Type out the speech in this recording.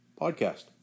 Podcast